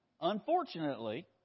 Unfortunately